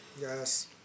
Yes